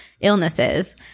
illnesses